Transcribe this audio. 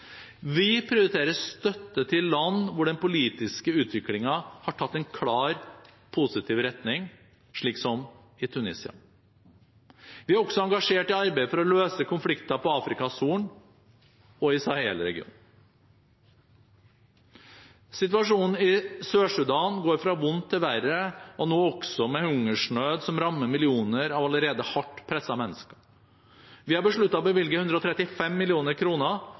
Vi prioriterer støtte til land hvor den politiske utviklingen har tatt en klart positiv retning, slik som i Tunisia. Vi er også engasjert i arbeidet for å løse konflikter på Afrikas Horn og i Sahel-regionen. Situasjonen i Sør-Sudan går fra vondt til verre, og nå også med hungersnød som rammer millioner av allerede hardt pressede mennesker. Vi har besluttet å bevilge 135